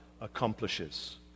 accomplishes